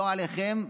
לא עליכם,